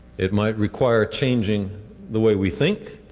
it might require changing the way we think,